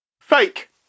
Fake